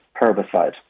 herbicide